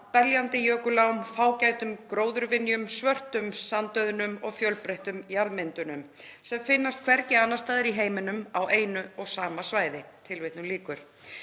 beljandi jökulám, fágætum gróðurvinjum, svörtum sandauðnum og sérstæðum jarðmyndunum sem finnast hvergi annars staðar í heiminum á einu og sama svæðinu.“